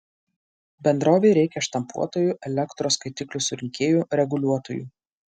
bendrovei reikia štampuotojų elektros skaitiklių surinkėjų reguliuotojų